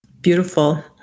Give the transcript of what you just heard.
beautiful